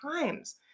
times